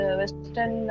western